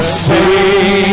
say